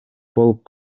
болуп